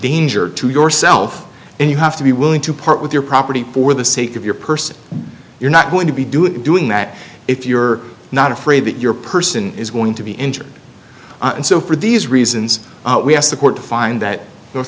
danger to yourself and you have to be willing to part with your property for the sake of your person you're not going to be doing doing that if you're not afraid that your person is going to be injured and so for these reasons we asked the court to find that north